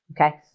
Okay